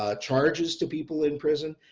ah charges to people in prison.